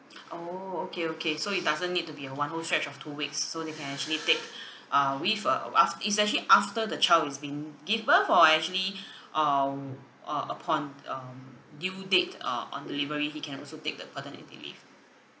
oh okay okay so it doesn't need to be a one whole stretch of two weeks so they can actually take uh with uh af~ it's actually after the child is being gave birth or actually uh uh upon um due date uh on delivery he can also take the paternity leave